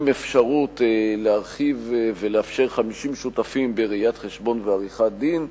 עם אפשרות להרחיב ולאפשר 50 שותפים בראיית-חשבון ובעריכת-דין,